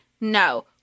No